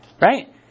Right